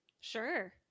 Sure